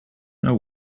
know